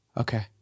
okay